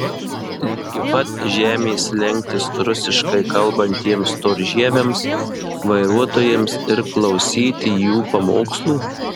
ligi pat žemės lenktis rusiškai kalbantiems storžieviams vairuotojams ir klausyti jų pamokslų